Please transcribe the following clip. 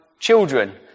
Children